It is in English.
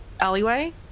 alleyway